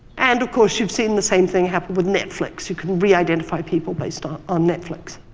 and of course you have seen the same thing happen with netflix. you can reidentify people based on on netflix.